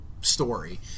story